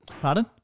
Pardon